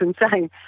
insane